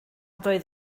doedd